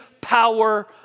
power